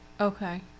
Okay